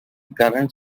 current